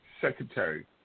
Secretary